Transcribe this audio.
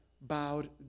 bowed